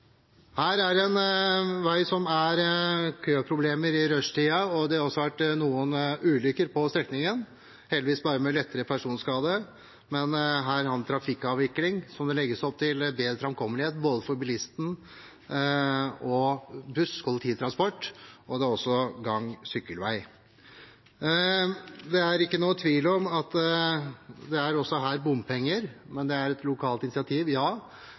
her legges det opp til en trafikkavvikling med bedre framkommelighet, både for bilister og for buss og kollektivtransport, og det blir også gang- og sykkelvei. Det er ikke noen tvil om at det også her blir bompenger, men det er et lokalt initiativ,